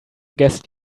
guest